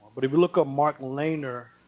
but if you look up mark lehner,